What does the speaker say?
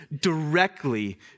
directly